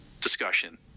discussion